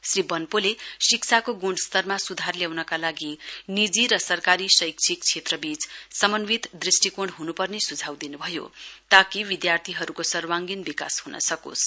श्री वन्पोले शिक्षाको गुणस्तरमा सुधार क्षेत्रीबीच समन्वित निजी र सरकारी शैशिक क्षेत्रीवीच समन्वित दृष्टिकोण हुनुपर्ने सुझाउ दिनुभयो ताकि विधार्थीहरुको सर्वाङ्गीण विकास हुनसकोस्